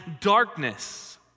darkness